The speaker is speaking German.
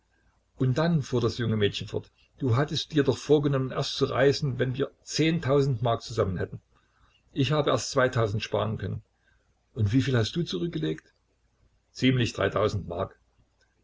und dann fuhr das junge mädchen fort du hattest dir doch vorgenommen erst zu reisen wenn wir mark zusammen hätten ich habe erst sparen können und wieviel hast du zurückgelegt ziemlich mark